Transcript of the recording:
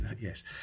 Yes